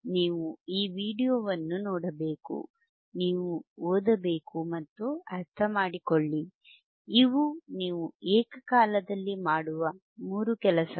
ನೀವು ಈ ವೀಡಿಯೊವನ್ನು ನೋಡಬೇಕು ನೀವು ಓದಬೇಕು ಮತ್ತು ಅರ್ಥಮಾಡಿಕೊಳ್ಳಿ ಇವು ನೀವು ಏಕಕಾಲದಲ್ಲಿ ಮಾಡುವ ಮೂರು ಕೆಲಸಗಳು